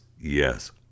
Yes